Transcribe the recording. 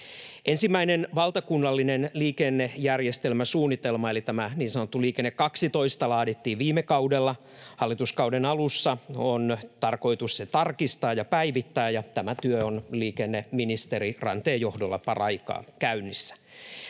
Ensimmäinen valtakunnallinen liikennejärjestelmäsuunnitelma eli tämä niin sanottu Liikenne 12 laadittiin viime kaudella. Hallituskauden alussa on tarkoitus se tarkistaa ja päivittää, ja tämä työ on liikenneministeri Ranteen johdolla paraikaa käynnissä.